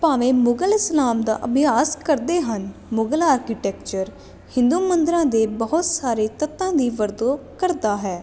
ਭਾਵੇਂ ਮੁਗਲ ਇਸਲਾਮ ਦਾ ਅਭਿਆਸ ਕਰਦੇ ਹਨ ਮੁਗਲ ਆਰਕੀਟੈਕਚਰ ਹਿੰਦੂ ਮੰਦਰਾਂ ਦੇ ਬਹੁਤ ਸਾਰੇ ਤੱਤਾਂ ਦੀ ਵਰਤੋਂ ਕਰਦਾ ਹੈ